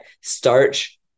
starch